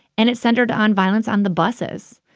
and it centered on violence on the buses.